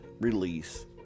release